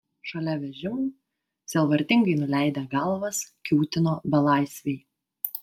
šalia vežimų sielvartingai nuleidę galvas kiūtino belaisviai